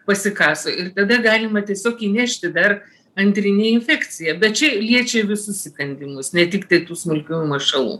pasikaso ir tada galima tiesiog įnešti dar antrinę infekciją bet čia liečia visus įkandimus ne tiktai tų smulkiųjų mašalų